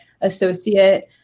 associate